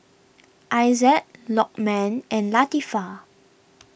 Aizat Lokman and Latifa